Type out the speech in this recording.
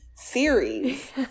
series